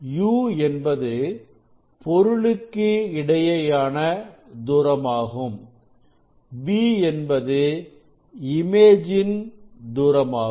u என்பது பொருளுக்கு இடையேயான தூரமாகும் மற்றும் v என்பது இமேஜின் தூரமாகும்